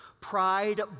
Pride